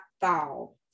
fall